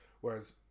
whereas